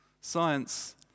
Science